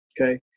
Okay